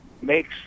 makes